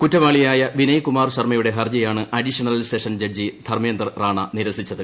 കുറ്റവാളിയായ വിനയ്കുമാർ ശർമ്മയുടെ ഹർജിയാണ് additional session judge Dharmender Rana നിരസിച്ചത്